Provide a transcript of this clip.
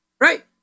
Right